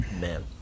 man